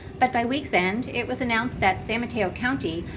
but by weeks end, it was announced that san mateo county,